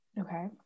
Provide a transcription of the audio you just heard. Okay